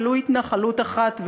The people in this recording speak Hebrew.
ולו התנחלות אחת,